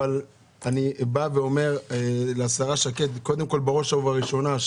אבל אני אומר לשרה שקד בראש ובראשונה,